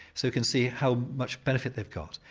so you can see how much benefit they've got,